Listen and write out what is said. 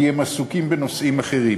כי הם עסוקים בנושאים אחרים.